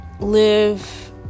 live